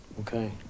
Okay